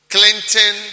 Clinton